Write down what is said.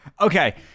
Okay